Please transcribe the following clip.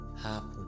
happen